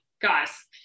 guys